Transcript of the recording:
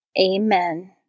Amen